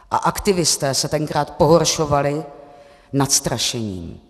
A aktivisté se tenkrát pohoršovali nad strašením.